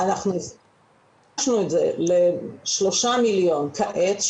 אנחנו שילשנו לשלושה מיליון כעת.